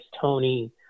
Tony